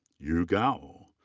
yu gao.